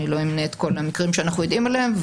אני לא אמנה את כל המקרים שאנחנו יודעים עליהם,